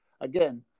again